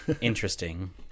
interesting